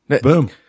Boom